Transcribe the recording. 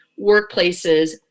workplaces